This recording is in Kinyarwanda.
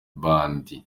bandi